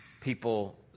People